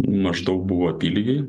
maždaug buvo apylygiai